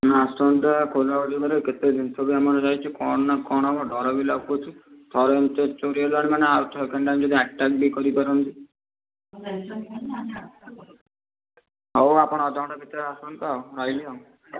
ନା ଆସନ୍ତା ଖୋଲବାଡ଼ି ପରେ କେତେ ଜିନିଷ ବି ଆମର ଯାଇଛି କ'ଣ ନା କ'ଣ ହେବ ଡ଼ର ବି ଲାଗୁଛି ଥରେ ଏମିତି ଚୋରି ହେଲାଣି ମାନେ ଆଉ ସେକେଣ୍ଡ୍ ଟାଇମ୍ ଯଦି ଆଟାକ୍ ବି କରିପାରନ୍ତି ହଉ ଆପଣ ଅଧ ଘଣ୍ଟା ଭିତରେ ଆସନ୍ତୁ ଆଉ ରହିଲି ଆଉ